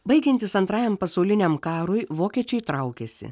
baigiantis antrajam pasauliniam karui vokiečiai traukėsi